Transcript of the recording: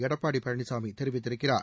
எடப்பாடி பழனிசாமி தெரிவித்திருக்கிறார்